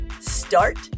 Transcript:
Start